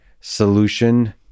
solution